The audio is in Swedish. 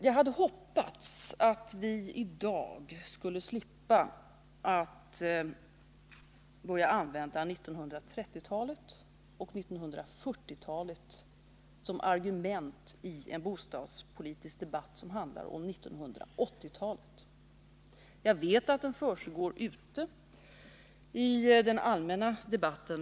Jag hade hoppats att vi i dag skulle slippa att använda 1930-talet och 1940-talet som argument i en bostadspolitisk debatt som handlar om 1980-talet. Jag vet att sådan argumentering förekommer ute i den allmänna debatten.